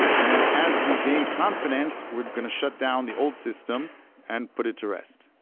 and then as we gain confidence, we're going to shut down the old system and put it to rest